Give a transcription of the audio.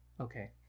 okay